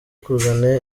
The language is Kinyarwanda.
kuzana